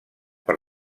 per